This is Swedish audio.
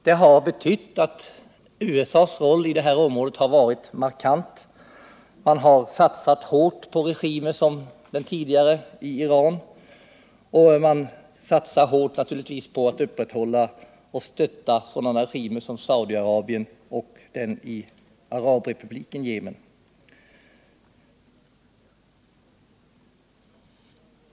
Det har betytt att USA:s roll i området har varit mycket markant: man har satsat hårt på sådana regimer som den tidigare i Iran, och man satsar naturligtvis hårt på att upprätthålla och stötta sådana regimer som den i Saudiarabien och den i arabrepubliken Yemen.